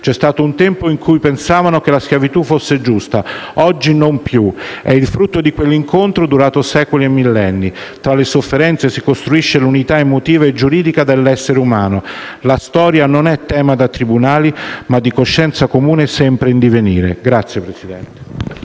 C'è stato un tempo in cui pensavano che la schiavitù fosse giusta; oggi non più. È il frutto di quell'incontro durato secoli e millenni. Tra le sofferenze si costruisce l'unità emotiva e giuridica dell'essere umano. La storia non è tema da tribunali, ma di coscienza comune sempre in divenire. *(Applausi